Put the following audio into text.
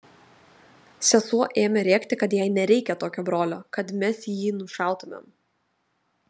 sesuo ėmė rėkti kad jai nereikia tokio brolio kad mes jį nušautumėm